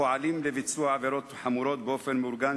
הפועלים לביצוע עבירות חמורות באופן מאורגן,